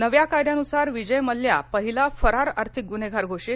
नव्या कायद्यानुसार विजय मल्ल्या पहिला फरार आर्थिक गुन्हेगार घोषित